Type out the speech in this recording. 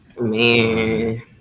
man